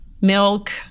milk